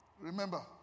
Remember